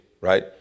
right